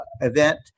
event